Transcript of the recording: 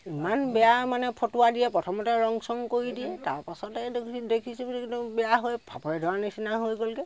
ইমান বেয়া মানে ফটুৱা দিয়ে প্ৰথমতে ৰং চং কৰি দিয়ে তাৰ পাছতে এইটো দেখিছোঁ বোলো বেয়া হৈ ফাপৰে ধৰা নিচিনা হৈ গ'লগৈ